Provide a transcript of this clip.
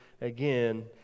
again